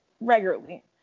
regularly